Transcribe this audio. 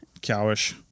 Cowish